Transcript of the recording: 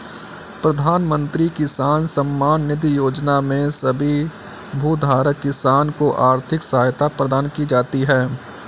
प्रधानमंत्री किसान सम्मान निधि योजना में सभी भूधारक किसान को आर्थिक सहायता प्रदान की जाती है